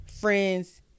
friend's